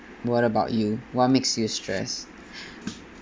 what about you what makes you stressed